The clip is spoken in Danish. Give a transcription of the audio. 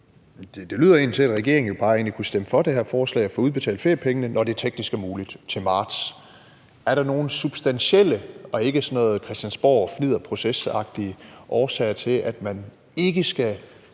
Det lyder egentlig til, at regeringen jo bare kunne stemme for det her forslag og få udbetalt feriepengene, når det teknisk er muligt til marts. Er der nogen substantielle og ikke sådan nogen christiansborgfnidderprocesagtige årsager til, at man ikke skal